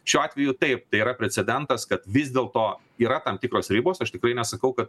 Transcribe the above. šiuo atveju taip tai yra precedentas kad vis dėlto yra tam tikros ribos aš tikrai nesakau kad